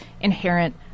inherent